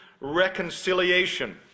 reconciliation